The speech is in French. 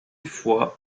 fois